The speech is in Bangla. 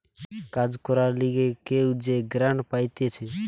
কাজ করবার লিগে কেউ যে গ্রান্ট পাইতেছে